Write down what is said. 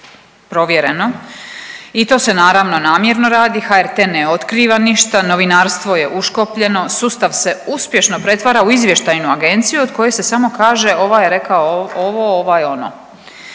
Provjereno. I to se naravno namjerno radi. HRT ne otkriva ništa, novinarstvo je uškopljeno, sustav se uspješno pretvara u izvještajnu agenciju od koje se samo kaže ovaj je rekao ovo, ovaj ono.